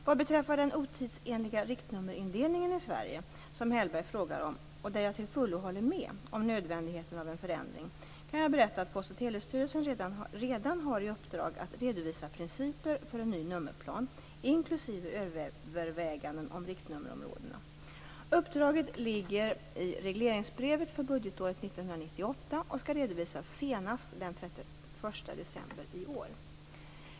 Vad beträffar den otidsenliga riktnummerindelningen i Sverige, som Hellberg frågar om och där jag till fullo håller med om nödvändigheten av en förändring, kan jag berätta att Post och telestyrelsen redan har i uppdrag att redovisa principer för en ny nummerplan, inklusive överväganden om riktnummerområden. Uppdraget ligger i regleringsbrevet för budgetåret 1998 och skall redovisas senast den 31 december i år.